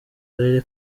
karere